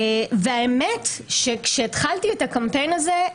האמת היא שכאשר התחלתי את הקמפיין הזה,